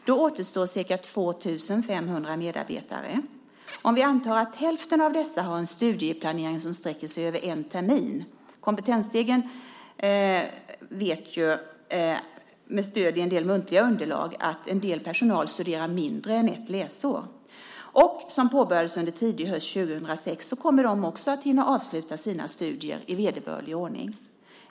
Då återstår ca 2 500 medarbetare. Om vi antar att hälften av dem som har en studieplanering som sträcker sig över en termin - med stöd i en del muntliga underlag vet vi att en del personal studerar mindre än ett läsår - påbörjade studierna under tidig höst 2006 kommer de också att hinna avsluta sina studier i vederbörlig ordning.